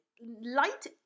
Light